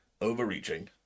overreaching